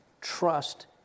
trust